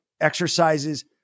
exercises